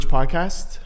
Podcast